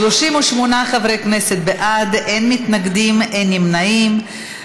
38 חברי כנסת בעד, אין מתנגדים, אין נמנעים.